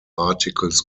articles